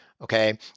Okay